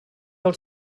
del